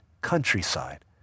countryside